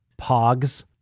Pogs